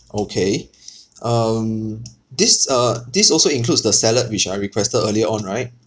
okay um this uh this also includes the salad which I requested earlier on right